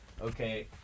Okay